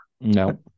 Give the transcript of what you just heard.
No